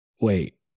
wait